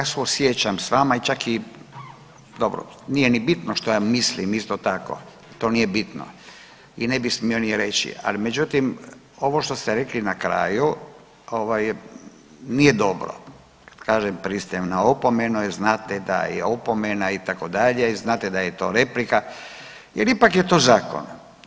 Znam, ja suosjećam s vama i čak i dobro, nije ni bitno što ja mislim isto tako, to nije bitno i ne bi smio ni reći, al međutim ovo što ste rekli na kraju ovaj nije dobro, kažem pristajem na opomenu jer znate da je opomena itd. i znate da je to replika jer ipak je to zakon.